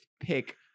pick